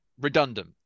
redundant